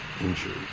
injury